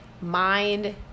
mind